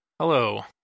Hello